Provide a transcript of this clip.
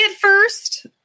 first